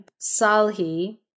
Salhi